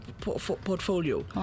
portfolio